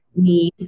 need